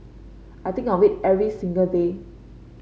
I think of it every single day